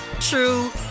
true